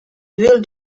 will